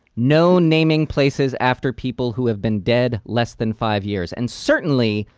no naming places after people who have been dead less than five years, and certainly,